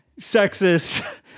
Sexist